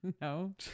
No